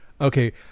Okay